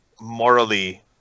morally